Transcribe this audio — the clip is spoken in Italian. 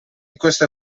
queste